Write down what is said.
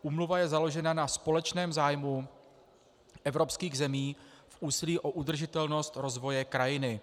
Úmluva je založena na společném zájmu evropských zemí v úsilí o udržitelnost rozvoje krajiny.